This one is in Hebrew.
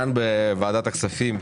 בוועדת הכספים,